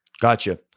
Gotcha